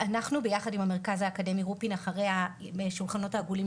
אנחנו ביחד עם המרכז האקדמי רופין אחרי השולחנות העגולים